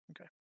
okay